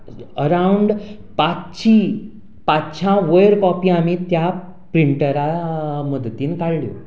around पांचशीं पांचश्यां वयर कॉपी आमीं त्या प्रिंटराच्या मदतीन काडल्यो